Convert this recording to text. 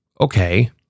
Okay